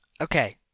Okay